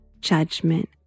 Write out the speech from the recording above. judgment